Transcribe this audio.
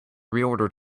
reorder